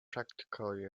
practically